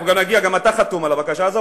גם אתה חתום על הבקשה הזאת,